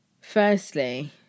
firstly